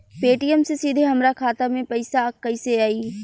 Paytm से सीधे हमरा खाता मे पईसा कइसे आई?